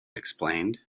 explained